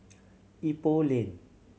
Ipoh Lane